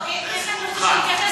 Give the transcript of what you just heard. אני מגנה את הקמת ההתנחלויות והרחבתן.